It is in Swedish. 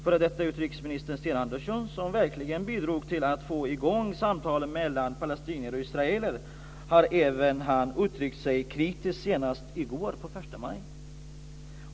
F.d. utrikesministern Sten Andersson, som verkligen bidrog till att få i gång samtalen mellan palestinier och israeler, har även han uttryckt sig kritiskt, senast i går på första maj.